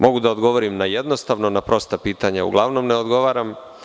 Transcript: Mogu da odgovorim na jednostavno, a na prosta pitanja uglavnom ne odgovaram.